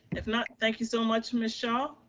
if not thank you so much, ms. ah